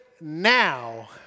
now